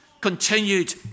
continued